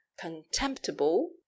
contemptible